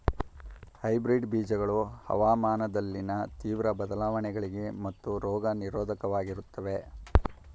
hybrid ಬೀಜಗಳು ಹವಾಮಾನದಲ್ಲಿನ ತೀವ್ರ ಬದಲಾವಣೆಗಳಿಗೆ ಮತ್ತು ರೋಗ ನಿರೋಧಕವಾಗಿರುತ್ತವೆ